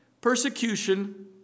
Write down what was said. persecution